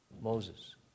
Moses